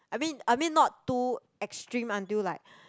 I mean I mean not too extreme until like